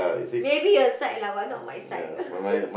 maybe your side lah but not my side